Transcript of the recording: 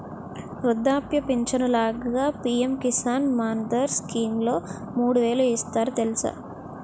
వృద్ధాప్య పించను లాగా పి.ఎం కిసాన్ మాన్ధన్ స్కీంలో మూడు వేలు ఇస్తారు తెలుసా?